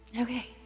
Okay